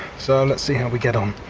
so let's see how we get on.